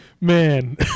man